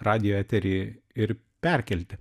radijo eterį ir perkelti